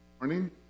Morning